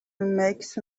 makes